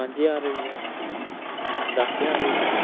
पंज ज्हार होइया दस ज्हार होइया